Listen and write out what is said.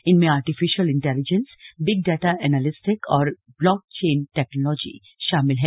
इनमें artificial intelligence big data analytics और blockchain technology शामिल है